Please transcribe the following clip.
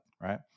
right